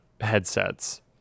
headsets